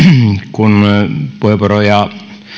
kun puheenvuoroja